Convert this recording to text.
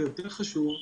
ויותר חשוב,